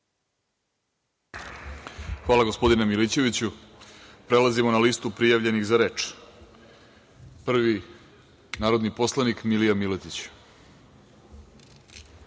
Hvala, gospodine Milićeviću. Prelazimo na listu prijavljenih za reč. Prvi je narodni poslanik Milija Miletić.